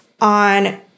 on